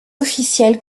officiels